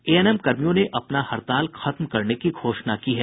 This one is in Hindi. एएनएम कर्मियों ने अपना हड़ताल खत्म करने की घोषणा की है